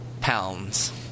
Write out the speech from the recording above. pounds